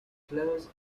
flows